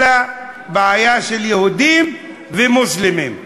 אלא בעיה של יהודים ומוסלמים.